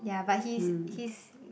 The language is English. yeah but he's he's